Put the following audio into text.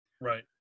Right